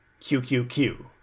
qqq